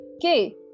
Okay